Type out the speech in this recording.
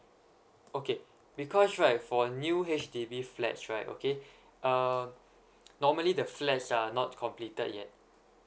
okay because right for a new H_D_B flats right okay uh normally the flats are not completed yet